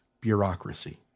bureaucracy